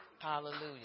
Hallelujah